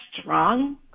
strong